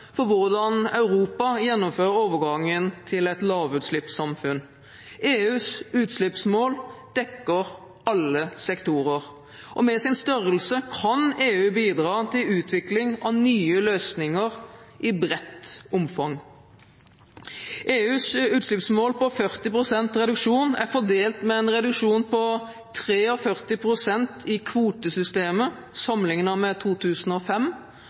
for hvordan Europa gjennomfører overgangen til et lavutslippssamfunn. EUs utslippsmål dekker alle sektorer. Med sin størrelse kan EU bidra til utvikling av nye løsninger i bredt omfang. EUs utslippsmål på 40 pst. reduksjon er fordelt med en reduksjon på 43 pst. i kvotesystemet sammenlignet med 2005, og en 30 pst. reduksjon utenfor kvotesystemet sammenlignet med 2005.